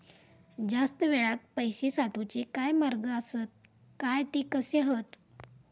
जास्त वेळाक पैशे साठवूचे काय मार्ग आसत काय ते कसे हत?